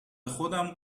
خودم